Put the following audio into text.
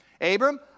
Abram